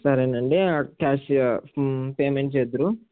సరేనండి cash payment చేద్దురు